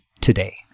today